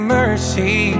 mercy